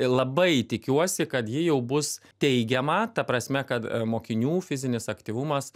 labai tikiuosi kad ji jau bus teigiama ta prasme kad mokinių fizinis aktyvumas